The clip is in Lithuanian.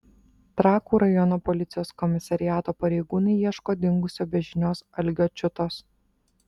trakų rajono policijos komisariato pareigūnai ieško dingusio be žinios algio čiutos